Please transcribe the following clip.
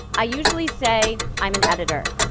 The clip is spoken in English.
i usually say i'm an editor.